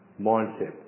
mindset